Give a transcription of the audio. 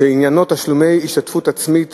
שעניינו תשלומי השתתפות עצמית